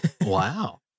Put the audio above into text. Wow